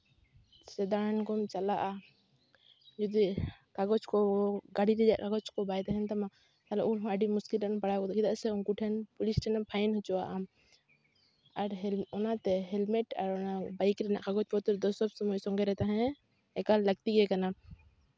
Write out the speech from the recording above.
ᱥᱮ ᱫᱟᱬᱟᱱ ᱠᱚᱢ ᱪᱟᱞᱟᱜᱼᱟ ᱡᱩᱫᱤ ᱠᱟᱜᱚᱡᱽ ᱠᱚ ᱜᱟᱹᱲᱤ ᱨᱮᱭᱟᱜ ᱠᱟᱜᱚᱡᱽ ᱠᱚ ᱵᱟᱭ ᱛᱟᱦᱮᱱ ᱛᱟᱢᱟ ᱛᱟᱦᱚᱞᱮ ᱩᱱᱦᱚᱸ ᱟᱹᱰᱤ ᱢᱩᱥᱠᱤᱞ ᱨᱮᱢ ᱯᱟᱲᱟᱣ ᱜᱚᱫᱚᱜᱼᱟ ᱪᱮᱫᱟᱜ ᱥᱮ ᱩᱱᱠᱩ ᱴᱷᱮᱱ ᱯᱩᱞᱤᱥ ᱴᱷᱮᱱ ᱮᱢ ᱯᱷᱟᱭᱤᱱ ᱦᱚᱪᱚᱜᱼᱟ ᱟᱢ ᱟᱨ ᱦᱮᱞ ᱟᱨ ᱚᱱᱟᱛᱮ ᱦᱮᱞᱢᱮᱴ ᱟᱨ ᱵᱟᱭᱤᱠ ᱨᱮᱱᱟᱜ ᱠᱟᱜᱚᱡᱽ ᱯᱚᱛᱨᱚ ᱫᱚ ᱥᱚᱵ ᱥᱚᱢᱚᱭ ᱥᱚᱝᱜᱮ ᱨᱮ ᱛᱟᱦᱮ ᱮᱠᱟᱞ ᱞᱟᱹᱠᱛᱤ ᱜᱮ ᱠᱟᱱᱟ